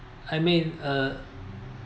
I mean uh